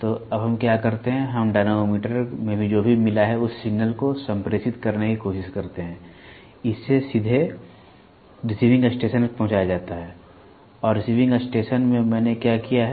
तो अब हम क्या करते हैं हम डायनेमोमीटर में जो भी मिला है उस सिग्नल को संप्रेषित करने की कोशिश करते हैं इसे सीधे रिसीविंग स्टेशन पर पहुँचाया जाता है और रिसीविंग स्टेशन में मैंने क्या किया है